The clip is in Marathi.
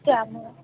चालेल मग